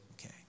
Okay